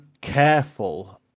careful